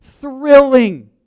thrilling